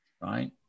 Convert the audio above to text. right